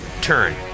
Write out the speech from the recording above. turn